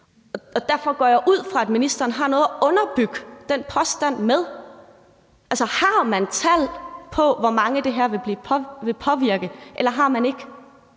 Og derfor går jeg ud fra, at ministeren har noget at underbygge den påstand med. Altså, har man tal på, hvor mange det her vil påvirke, eller har man ikke?